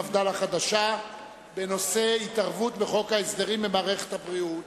מפד"ל החדשה בנושא התערבות חוק ההסדרים במערכת הבריאות.